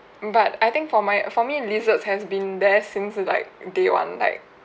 but I think for my for me lizards has been there since like day one like